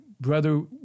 brother